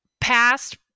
past